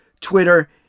Twitter